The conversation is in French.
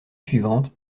suivante